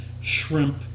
shrimp